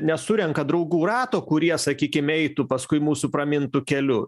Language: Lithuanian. nesurenka draugų rato kurie sakykim eitų paskui mūsų pramintu keliu